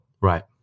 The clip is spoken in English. Right